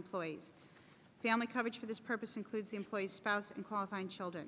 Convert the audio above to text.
employees family coverage for this purpose includes employees spouse and cause and children